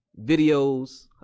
videos